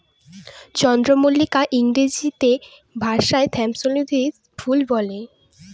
চন্দ্রমল্লিকাকে ইংরেজি ভাষায় ক্র্যাসনথেমুম ফুল বলে